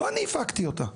לא אני הפקתי אותה.